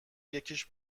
یکیش